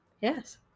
yes